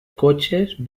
cotxes